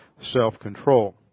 self-control